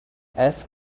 ask